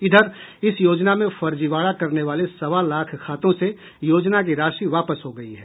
इधर इस योजना में फर्जीवाड़ा करने वाले सवा लाख खातों से योजना की राशि वापस हो गयी है